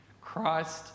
Christ